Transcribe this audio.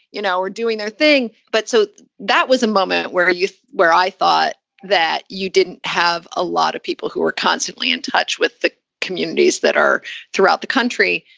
you know, we're doing their thing. but so that was a moment. where are you where i thought that you didn't have a lot of people who were constantly in touch with the communities that are throughout the country.